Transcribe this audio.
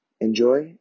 enjoy